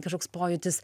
kažkoks pojūtis